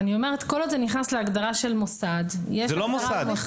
אני אומרת שכל עוד זה נכנס להגדרה של מוסד --- זה לא מוסד.